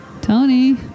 Tony